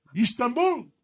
Istanbul